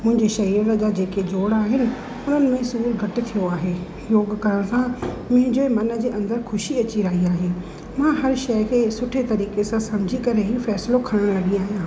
मुंहिंजे शरीर जा जेके जोड़ आहिनि उन्हनि में सूरु घटि थियो आहे योगु करण सां मुंहिंजे मन जे अंदरि ख़ुशी अची रही आहे मां हर शय खे सुठे तरीक़े सां सम्झी करे ई फ़ैसिलो खणणु लॻी आहियां